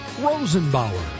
Rosenbauer